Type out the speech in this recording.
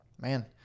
Man